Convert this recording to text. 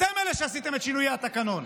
אתם אלה שעשיתם את שינויי התקנון,